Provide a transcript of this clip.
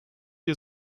wir